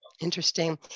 Interesting